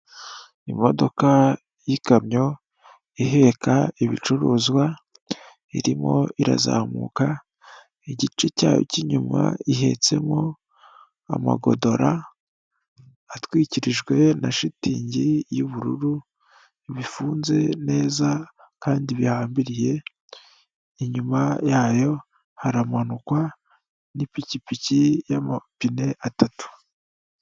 Imodoka y'ikamyo iheka ibicuruzwa irimo irazamuka igice cyayo cy'inyuma ihetsemo amagodora atwikirijwe na shitingi y'ubururu bifunze neza kandi bihambiriye inyuma yayo haramanukwa n'ipikipiki y'amapine atatu.